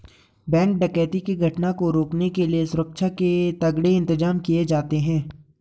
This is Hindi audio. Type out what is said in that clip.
बैंक डकैती की घटना को रोकने के लिए सुरक्षा के तगड़े इंतजाम किए जाते हैं